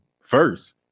first